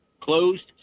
closed